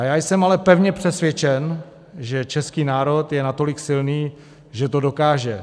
Já jsem ale pevně přesvědčen, že český národ je natolik silný, že to dokáže.